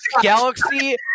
galaxy